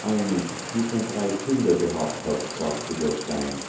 eine die schon drei kinder gehabt hat sagte der stein